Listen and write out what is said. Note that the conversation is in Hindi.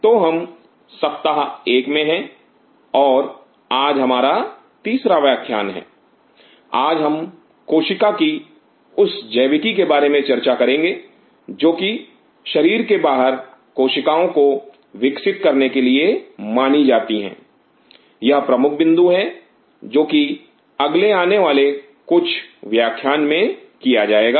तो हम सप्ताह एक में है और आज हमारा तीसरा व्याख्यान है आज हम कोशिका की उस जैविकी के बारे में चर्चा करेंगे जो कि शरीर के बाहर कोशिकाओं को विकसित करने के लिए मानी जाती है यह प्रमुख बिंदु है जो कि अगले आने वाले कुछ व्याख्यान में किया जाएगा